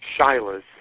shilas